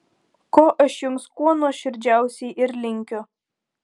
ko aš jums kuo nuoširdžiausiai ir linkiu